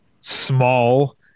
small